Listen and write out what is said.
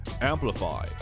amplify